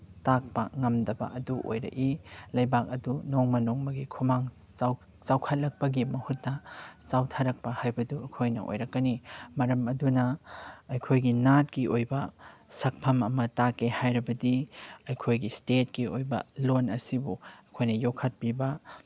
ꯇꯥꯛꯄ ꯉꯝꯗꯕ ꯑꯗꯨ ꯑꯣꯏꯔꯛꯏ ꯂꯩꯕꯥꯛ ꯑꯗꯨ ꯅꯣꯡꯃ ꯅꯣꯡꯃꯒꯤ ꯈꯨꯃꯥꯡ ꯆꯥꯎꯈꯠꯂꯛꯄꯒꯤ ꯃꯍꯨꯠꯇ ꯆꯥꯎꯊꯔꯛꯄ ꯍꯥꯏꯕꯗꯨ ꯑꯩꯈꯣꯏꯅ ꯑꯣꯏꯔꯛꯀꯅꯤ ꯃꯔꯝ ꯑꯗꯨꯅ ꯑꯩꯈꯣꯏꯒꯤ ꯅꯥꯠꯀꯤ ꯑꯣꯏꯕ ꯁꯛꯐꯝ ꯑꯃ ꯇꯥꯛꯀꯦ ꯍꯥꯏꯔꯕꯗꯤ ꯑꯩꯈꯣꯏꯒꯤ ꯁ꯭ꯇꯦꯠꯀꯤ ꯑꯣꯏꯕ ꯂꯣꯟ ꯑꯁꯤꯕꯨ ꯑꯩꯈꯣꯏꯅ ꯌꯣꯛꯈꯠꯄꯤꯕ